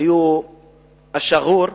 היו אל-שגור,